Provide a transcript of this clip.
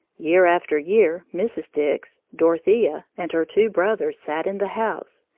year after year mrs. dix, dorothea, and her two brothers sat in the house,